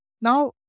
Now